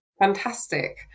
Fantastic